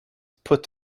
put